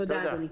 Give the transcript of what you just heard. תודה, אדוני.